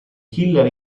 killer